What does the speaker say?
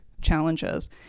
challenges